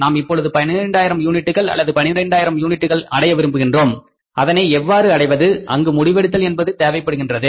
நாம் இப்பொழுது 12000 யூனிட்டுகள் அல்லது 15000 யூனிட்டுகள் அடைய விரும்புகிறோம் அதனை எவ்வாறு அடைவது அங்கு முடிவெடுத்தல் என்பது தேவைப்படுகின்றது